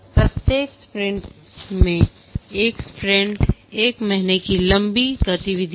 प्रत्येक स्प्रिंट में एक स्प्रिंट एक महीने की लंबी गतिविधि है